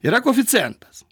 yra koeficientas